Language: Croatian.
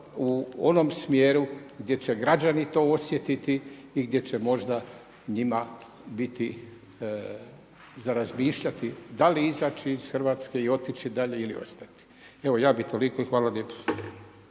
u onom smjeru gdje će građani to osjetiti i gdje će možda njima biti za razmišljati da li izaći iz Hrvatske i otići dalje ili ostati. Evo ja bih toliko i hvala lijepo.